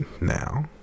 Now